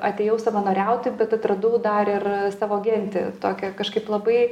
atėjau savanoriauti bet atradau dar ir savo gentį tokią kažkaip labai